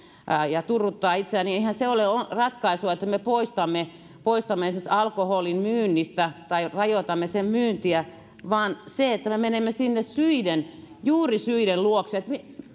ja turruttaa itseään niin eihän se ole ratkaisu että me poistamme poistamme esimerkiksi alkoholin myynnistä tai rajoitamme sen myyntiä vaan se että me menemme sinne juurisyiden luokse